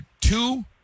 two